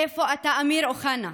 איפה אתה, אמיר אוחנה?